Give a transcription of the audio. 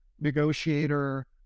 negotiator